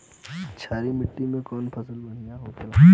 क्षारीय मिट्टी में कौन फसल बढ़ियां हो खेला?